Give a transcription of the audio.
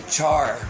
Char